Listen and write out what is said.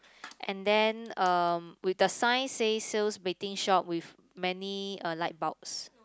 and then uh with the sign says sales betting shop with many uh light bulbs